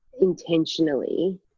intentionally